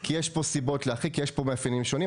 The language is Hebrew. כי יש פה סיבות ומאפיינים שונים".